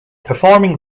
performing